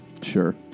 Sure